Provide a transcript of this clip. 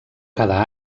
cada